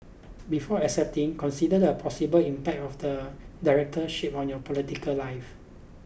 before accepting consider the possible impact of the Directorship on your political life